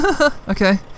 Okay